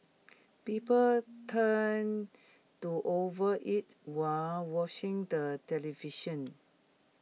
people tend to overeat while watching the television